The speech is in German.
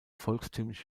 volkstümliche